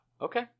Okay